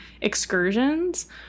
excursions –